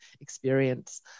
experience